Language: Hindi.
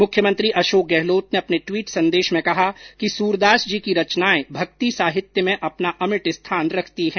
मुख्यमंत्री अशोक गहलोत ने अपने ट्वीट संदेश में कहा कि सूरदास जी की रचनाएं भक्ति साहित्य में अपना अमिट स्थान रखती हैं